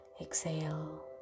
Exhale